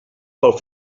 pel